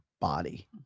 body